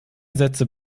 sätze